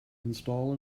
install